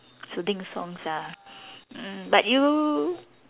soothing songs ah mm but you